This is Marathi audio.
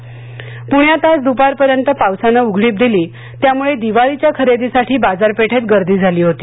हवामान पुण्यात आज दुपारपर्यंत पावसानं उघडीप दिली त्यामुळे दिवाळीच्या खरेदीसाठी बाजारपेठेत गर्दी झाली होती